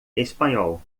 espanhol